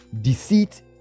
Deceit